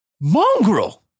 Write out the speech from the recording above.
mongrel